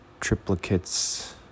triplicates